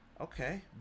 okay